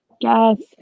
Yes